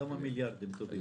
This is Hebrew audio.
כמה מיליארדים טובים.